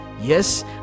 yes